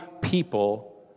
people